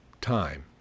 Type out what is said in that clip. time